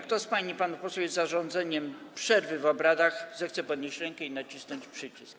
Kto z pań i panów posłów jest za zarządzeniem przerwy w obradach, zechce podnieść rękę i nacisnąć przycisk.